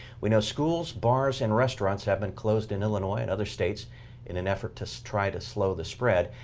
we know schools, bars, and restaurants have been closed in illinois and other states in an effort to so try to slow the spread.